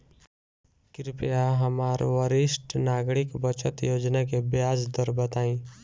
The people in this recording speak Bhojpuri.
कृपया हमरा वरिष्ठ नागरिक बचत योजना के ब्याज दर बताई